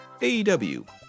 AEW